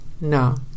No